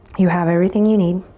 you have everything you need,